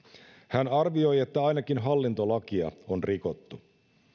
hän arvioi että ainakin hallintolakia on rikottu